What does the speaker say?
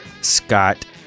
Scott